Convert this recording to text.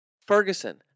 Ferguson